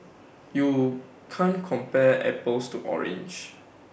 you can't compare apples to oranges